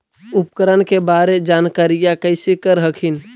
उपकरण के बारे जानकारीया कैसे कर हखिन?